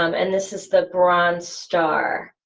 um and this is the bronze star.